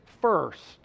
first